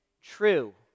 True